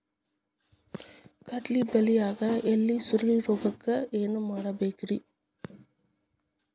ಕಡ್ಲಿ ಬೆಳಿಯಾಗ ಎಲಿ ಸುರುಳಿರೋಗಕ್ಕ ಏನ್ ಮಾಡಬೇಕ್ರಿ?